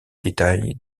détails